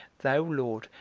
thou, lord,